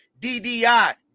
DDI